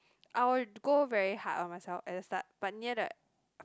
I'll go very hard on myself at the start but near the